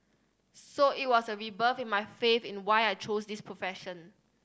so it was a rebirth in my faith in why I chose this profession